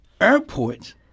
airports